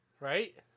Right